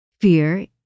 fear